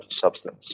substance